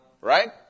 right